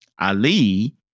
Ali